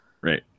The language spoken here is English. Right